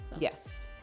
Yes